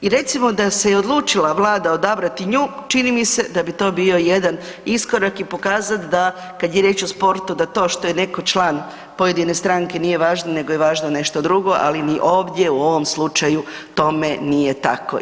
I recimo da se odlučila Vlada odabrati nju, čini mi se da bi to bio jedan iskorak i pokazat da kad je riječ o sportu, da to što je neko član pojedine stranke, nije važno nego je važno nešto drugo ali ni ovdje u ovom slučaju tome nije tako.